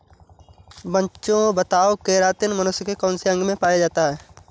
बच्चों बताओ केरातिन मनुष्य के कौन से अंग में पाया जाता है?